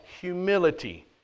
Humility